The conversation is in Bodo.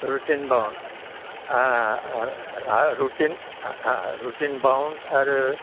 रुटिन बाउण्ड आरो